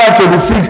26